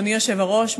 אדוני היושב-ראש,